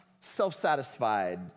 self-satisfied